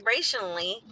vibrationally